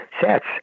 sets